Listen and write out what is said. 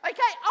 Okay